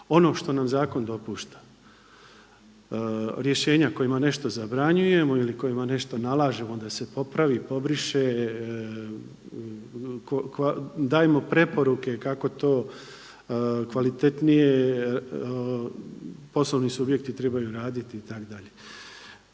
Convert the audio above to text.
ono što nam zakon dopušta, rješenja kojima nešto zabranjujemo ili kojima nešto nalažemo da se popravi, pobriše, kojima dajemo preporuke kako to kvalitetnije, poslovni subjekti trebaju raditi itd..